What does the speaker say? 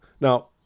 now